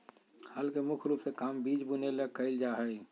हल के मुख्य रूप से काम बिज बुने ले कयल जा हइ